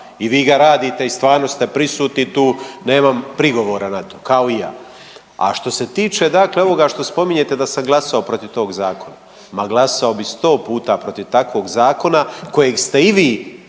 i vi ga radite i stvarno ste prisutni tu, nemam prigovora na to, kao i ja. A što se tiče dakle ovoga što spominjete da sam glasao protiv tog zakona, ma glasao bih 100 puta protiv takvog zakona kojeg ste i vi,